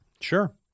sure